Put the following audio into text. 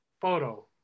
photo